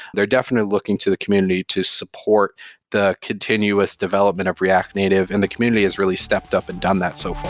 they're definitely looking to the community to support the continuous development of react native and the community has really stepped up and done that so far